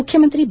ಮುಖ್ಯಮಂತ್ರಿ ಬಿ